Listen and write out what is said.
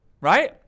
right